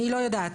אני לא יודעת.